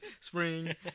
Spring